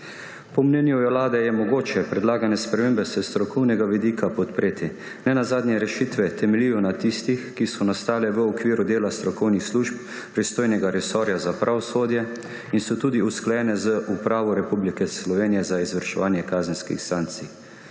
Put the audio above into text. Po mnenju Vlade je mogoče predlagane spremembe s strokovnega vidika podpreti. Nenazadnje rešitve temeljijo na tistih, ki so nastale v okviru dela strokovnih služb pristojnega resorja za pravosodje in so tudi usklajene z Upravo Republike Slovenije za izvrševanje kazenskih sankcij.